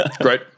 Great